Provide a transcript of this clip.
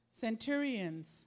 centurions